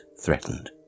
threatened